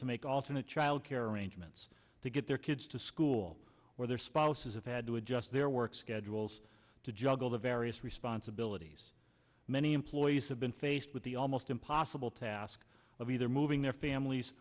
to make all when a child care arrangements to get their kids to school or their spouses have had to adjust their work schedules to juggle the various responsibilities many employees have been faced with the almost impossible task of either moving their families